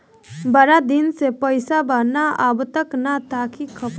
बारा दिन से पैसा बा न आबा ता तनी ख्ताबा देख के बताई की चालु बा की बंद हों गेल बा?